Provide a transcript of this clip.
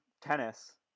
tennis